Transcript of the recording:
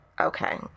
Okay